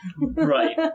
Right